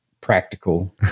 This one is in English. practical